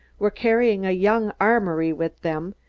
were carrying a young armory with them,